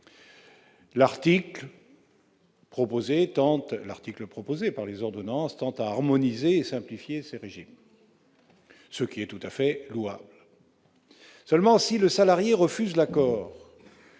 L'article proposé par les ordonnances tend à harmoniser et à simplifier ces régimes, ce qui est tout à fait louable. Seulement, si le salarié refuse l'accord,